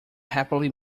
happily